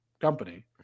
company